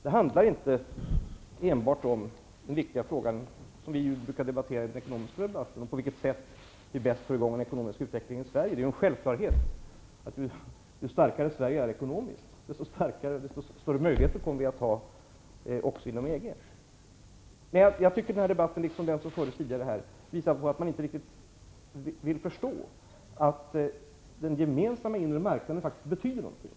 Det handlar inte enbart om den viktiga frågan på vilket sätt vi bäst får i gång den ekonomiska utvecklingen i Sverige. Det är en självklarhet att ju starkare Sverige är ekonomiskt, desto större möjligheter kommer vi att ha också inom EG. Jag tycker att den här debatten liksom den som fördes tidigare visar att man inte riktigt vill förstå att den gemensamma inre marknaden faktiskt betyder någonting.